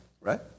right